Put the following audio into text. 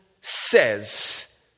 says